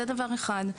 זה דבר אחד.